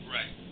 Right